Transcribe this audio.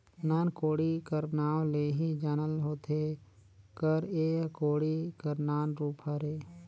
नान कोड़ी कर नाव ले ही जानल होथे कर एह कोड़ी कर नान रूप हरे